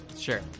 Sure